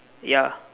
ya